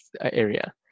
area